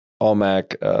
All-Mac